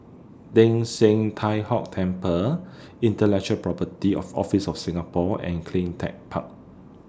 Teng San Tie Hock Temple Intellectual Property of Office of Singapore and CleanTech Park